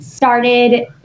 Started